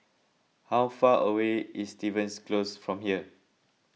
how far away is Stevens Close from here